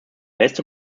letzte